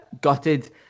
gutted